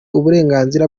uburenganzira